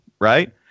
right